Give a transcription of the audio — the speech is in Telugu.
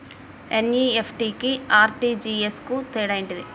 ఎన్.ఇ.ఎఫ్.టి కి ఆర్.టి.జి.ఎస్ కు తేడా ఏంటిది?